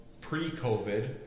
pre-COVID